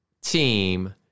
team